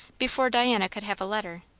before diana could have a letter.